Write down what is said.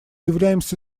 являемся